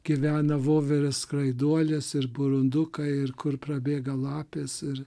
gyvena voverės skraiduolės ir burundukai ir kur prabėga lapės ir